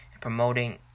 promoting